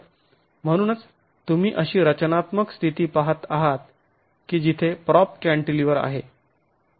म्हणूनच तुम्ही अशी रचनात्मक स्थिती पाहत आहात की जिथे प्राॅप कँटीलिवर आहे